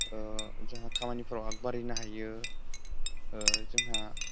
जाहा खामानिफोराव आगबारिनो हायो जोंहा